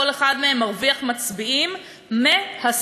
כל אחד מהם מרוויח מצביעים מהשנאה.